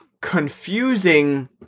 confusing